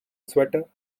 swatter